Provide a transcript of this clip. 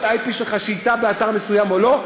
ה-IP שלך שייטה באתר מסוים או לא.